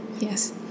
yes